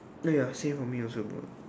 ya ya same for me also bro